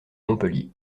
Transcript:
montpellier